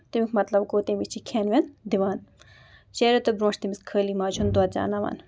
تَمیُک مطلب گوٚو تٔمِس چھِ کھٮ۪ن وین دِوان شیٚن رٮ۪تن برونٛہہ چھِ تٔمِس خٲلی ماجہِ ہُند دۄد دیناوان